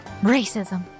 racism